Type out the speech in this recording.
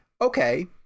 okay